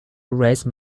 raise